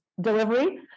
delivery